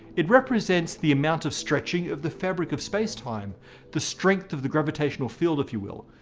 it represents the amount of stretching of the fabric of spacetime the strenght of the gravitational field, if you will.